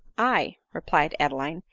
i, replied adeline,